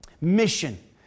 mission